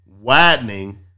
widening